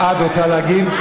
את רוצה להגיב?